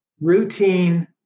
routine